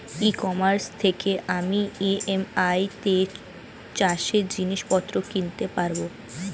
ই commerce থেকে আমি EMI তে চাষে জিনিসপত্র কিনতে পারব?